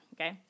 Okay